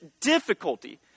difficulty